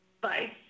Bye